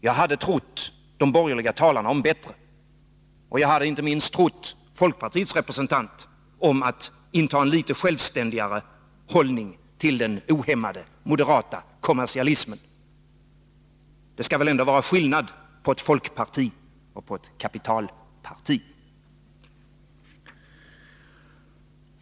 Jag hade trott de borgerliga talarna om bättre, och jag hade inte minst trott folkpartiets representant om att inta en litet självständigare hållning till den ohämmade moderata kommersialismen. Det skall väl ändå vara skillnad mellan ett folkparti och ett kapitalparti!